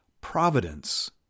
providence